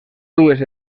dues